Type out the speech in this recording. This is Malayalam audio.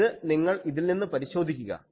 ഇത് നിങ്ങൾ ഇതിൽ നിന്ന് പരിശോധിക്കുക